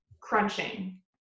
crunching